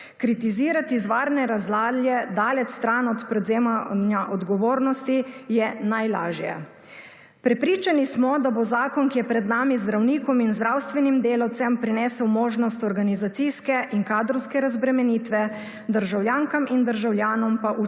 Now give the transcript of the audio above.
Kritizirati iz varne razdalje daleč stran od prevzemanja odgovornosti je najlažja. Prepričani smo, da bo zakon, ki je pred nami zdravnikom in zdravstvenim delavcem prinesel možnost organizacijske in kadrovske razbremenitve državljankam in državljanom pa učinkovito